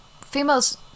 females